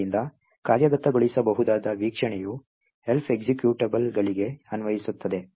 ಆದ್ದರಿಂದ ಕಾರ್ಯಗತಗೊಳಿಸಬಹುದಾದ ವೀಕ್ಷಣೆಯು Elf ಎಕ್ಸಿಕ್ಯೂಟಬಲ್ಗಳಿಗೆ ಅನ್ವಯಿಸುತ್ತದೆ